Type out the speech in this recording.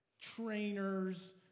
trainers